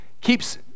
keeps